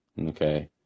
okay